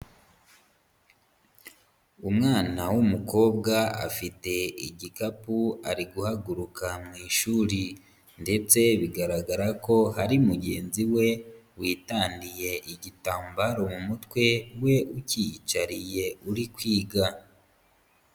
Umwana w'umukobwa afite igikapu ari guhaguruka mu ishuri ndetse bigaragara ko hari mugenzi we, witandiye igitambaro mu mutwe we ukiyicariye uri kwiga.